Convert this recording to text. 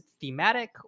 thematic